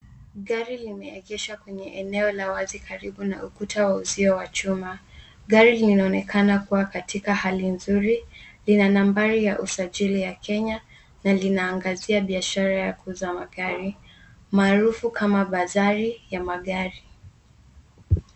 Gari limeegeshwa kwenye eneo la wazi karibu na ukuta wa uzio wa chuma. Gari linaonekana kuwa katika hali nzuri. Lina nambari ya usajili ya Kenya na linaangazia biashara ya kuuza magari maarufu kama bazari ya magari.